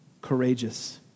Courageous